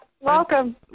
Welcome